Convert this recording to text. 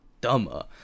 dumber